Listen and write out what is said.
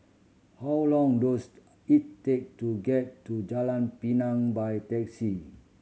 how long does it take to get to Jalan Pinang by taxi